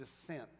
descent